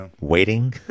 waiting